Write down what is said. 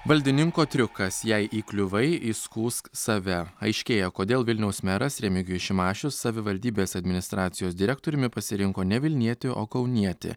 valdininko triukas jei įkliuvai įskųsk save aiškėja kodėl vilniaus meras remigijus šimašius savivaldybės administracijos direktoriumi pasirinko ne vilnietį o kaunietį